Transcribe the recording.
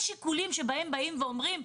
יש שיקולים שבהם אומרים,